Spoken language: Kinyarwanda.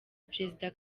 perezida